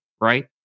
right